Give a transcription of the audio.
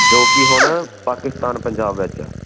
ਜੋ ਕਿ ਹੁਣ ਪਾਕਿਸਤਾਨ ਪੰਜਾਬ ਵਿੱਚ ਹੈ